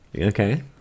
Okay